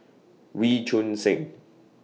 Wee Choon Seng